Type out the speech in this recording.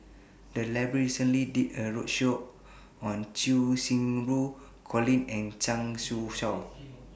The Library recently did A roadshow on Cheng Xinru Colin and Zhang Shushuo